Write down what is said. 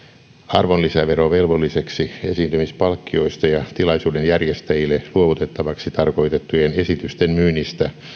arvonlisäverovelvolliseksi esiintymispalkkioista ja tilaisuuden järjestäjille luovutettavaksi tarkoitettujen esitysten myynnistä